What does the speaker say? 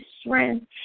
strength